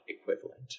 equivalent